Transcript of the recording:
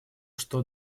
что